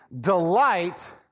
delight